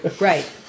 right